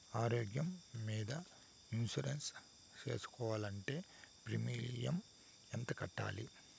ఆరోగ్యం మీద ఇన్సూరెన్సు సేసుకోవాలంటే ప్రీమియం ఎంత కట్టాలి?